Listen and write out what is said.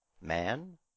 man